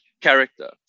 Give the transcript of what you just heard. character